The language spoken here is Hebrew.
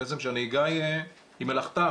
כשבעצם הנהיגה שהיא מלאכתם,